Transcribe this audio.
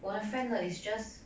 我的 friend 的 it's just